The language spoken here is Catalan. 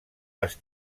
les